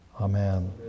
Amen